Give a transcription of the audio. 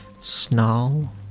snarl